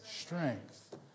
strength